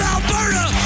Alberta